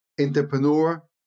entrepreneur